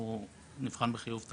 אנחנו נבחן בחיוב את